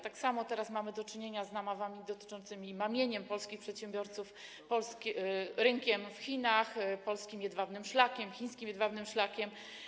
Tak samo teraz mamy do czynienia z namowami, mamieniem polskich przedsiębiorców rynkiem w Chinach, polskim jedwabnym szlakiem, chińskim jedwabnym szlakiem.